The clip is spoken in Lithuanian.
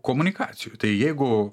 komunikacijoj tai jeigu